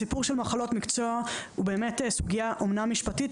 הסיפור של מחלות מקצוע הוא באמת סוגיה אמנם משפטית,